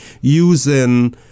using